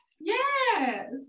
yes